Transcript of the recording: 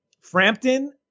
Frampton